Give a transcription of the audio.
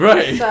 Right